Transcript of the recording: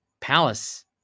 Palace